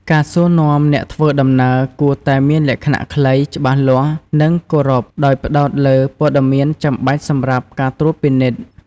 ការសួរនាំអ្នកធ្វើដំណើរគួរតែមានលក្ខណៈខ្លី ច្បាស់លាស់ និងគោរព ដោយផ្តោតលើព័ត៌មានចាំបាច់សម្រាប់ការត្រួតពិនិត្យ។